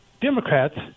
Democrats